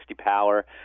60-power